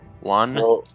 One